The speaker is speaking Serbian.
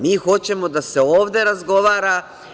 Mi hoćemo da se ovde razgovara.